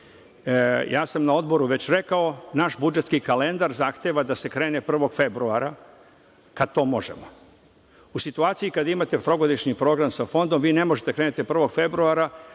uslovi. Na odboru sam već rekao, naš budžetski kalendar zahteva da se krene 1. februara, kad to možemo.U situaciji kada imate trogodišnji program sa fondom, vi ne možete da krenete 1. februara,